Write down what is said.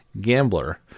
gambler